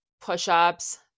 push-ups